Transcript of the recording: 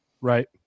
Right